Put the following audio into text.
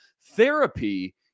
Therapy